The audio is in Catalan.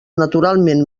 naturalment